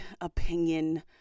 opinion